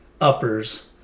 uppers